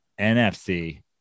NFC